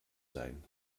sein